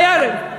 ולא היה לו.